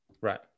Right